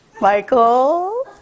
Michael